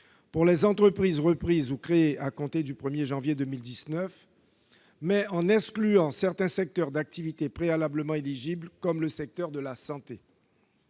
pour les entreprises reprises ou créées à compter du 1 janvier 2019, mais en exclut certains secteurs d'activités antérieurement éligibles, parmi lesquels le secteur de la santé.